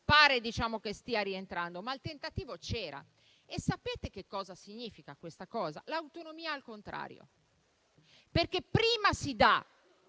pare che stia rientrando. Ma il tentativo c'era e sapete cosa significa questa cosa? L'autonomia al contrario. Prima si dà